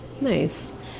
nice